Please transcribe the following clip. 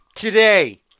today